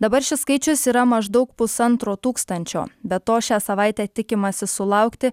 dabar šis skaičius yra maždaug pusantro tūkstančio be to šią savaitę tikimasi sulaukti